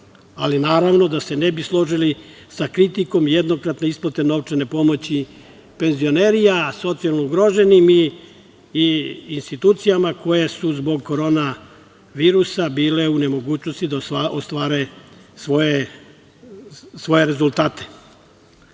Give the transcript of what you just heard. ali naravno da se ne bi složili sa kritikom jednokratne isplate novčane pomoći penzionerima, socijalno ugroženim i institucijama koje su zbog korona virusa bile u nemogućnosti da ostvare svoje rezultate. Kada